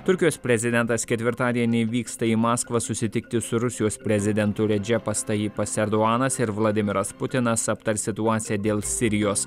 turkijos prezidentas ketvirtadienį vyksta į maskvą susitikti su rusijos prezidentu redžepas tajipas erduanas ir vladimiras putinas aptars situaciją dėl sirijos